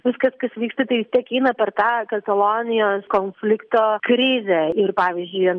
viskas kas vyksta tai vis tiek eina per tą katalonijos konflikto krizę ir pavyzdžiui